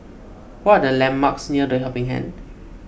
what are the landmarks near the Helping Hand